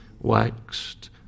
waxed